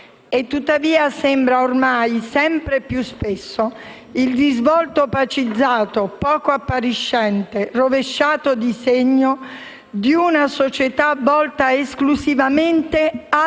tuttavia sembra ormai, sempre più spesso, il risvolto opacizzato, poco appariscente, rovesciato di segno, di una società volta esclusivamente al